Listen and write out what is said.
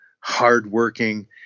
hardworking